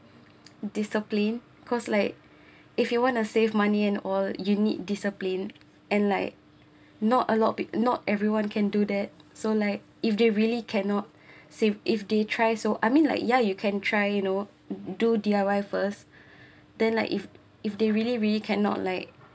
discipline cause like if you wanna save money and all you need discipline and like not a lot but not everyone can do that so like if they really cannot save if they try so I mean like ya you can try you know do D_I_Y first then like if if they really really cannot like